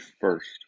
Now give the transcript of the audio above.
first